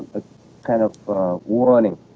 a kind of warning?